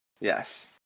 Yes